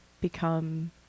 become